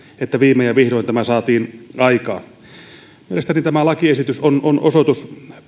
että viimein ja vihdoin tämä saatiin aikaan mielestäni tämä lakiesitys on osoitus